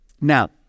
Now